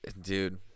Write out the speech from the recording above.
Dude